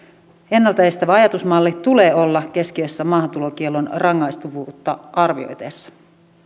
ennalta estävän ajatusmallin tulee olla keskiössä maahantulokiellon rangaistavuutta arvioitaessa